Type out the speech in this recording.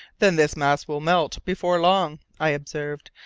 then this mass will melt before long, i observed,